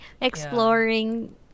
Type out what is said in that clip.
exploring